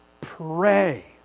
Pray